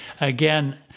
again